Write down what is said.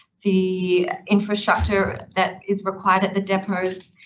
the infrastructure that is required at the depots.